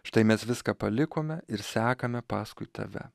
štai mes viską palikome ir sekame paskui tave